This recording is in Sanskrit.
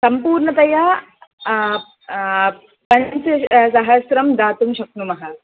सम्पूर्णतया पञ्च सहस्त्रं दातुं शक्नुमः